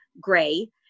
Gray